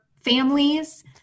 families